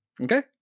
Okay